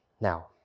Now